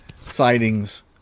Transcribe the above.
sightings